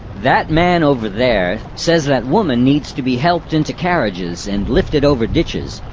that man over there says that woman needs to be helped into carriages and lifted over ditches.